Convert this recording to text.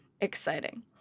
exciting